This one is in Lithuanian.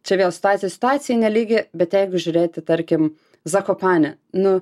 čia vėl situacija situacijai nelygi bet jeigu žiūrėti tarkim zakopanę nu